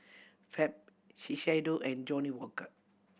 Fab Shiseido and Johnnie Walker